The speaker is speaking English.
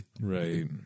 Right